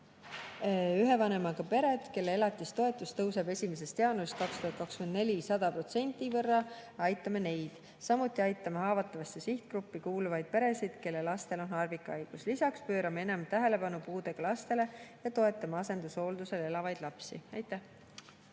Ühe vanemaga pered, kelle elatistoetus tõuseb 1. jaanuaril 2024. aastal 100% võrra – aitame neid. Samuti aitame haavatavasse sihtgruppi kuuluvaid peresid, kelle lastel on harvikhaigus. Lisaks pöörame enam tähelepanu puudega lastele ja toetame asendushooldusel elavaid lapsi. Aitäh!